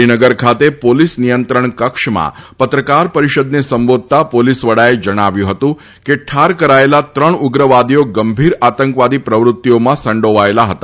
શ્રીનગર ખાતે પોલીસ નિયંત્રણકક્ષમાં પત્રકાર પરિષદને સંબોધતા પોલીસ વડાએ જણાવ્યું હતું કે ઠાર કરાયેલા ત્રણ ઉગ્રવાદીઓ ગંભીર આતંકવાદી પ્રવૃત્તિઓમાં સંડોવાયેલા હતા